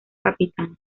capitán